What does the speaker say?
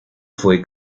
fue